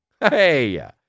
Hey